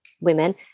women